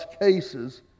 cases